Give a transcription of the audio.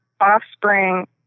offspring